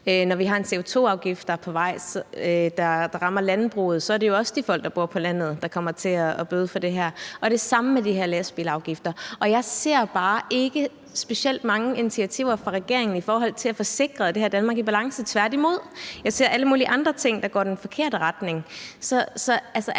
har vi en CO2-afgift på vej, der rammer landbruget, og det er jo også de folk, der bor på landet, der kommer til at bøde for det her. Og det er det samme med de her lastbilafgifter. Jeg ser bare ikke specielt mange initiativer fra regeringen i forhold til at få sikret det her Danmark i balance – tværtimod. Jeg ser alle mulige andre ting, der går i den forkerte retning.